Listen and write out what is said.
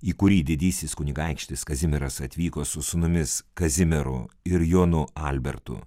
į kurį didysis kunigaikštis kazimieras atvyko su sūnumis kazimieru ir jonu albertu